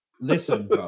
Listen